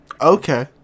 Okay